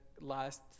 last